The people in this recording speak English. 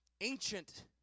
ancient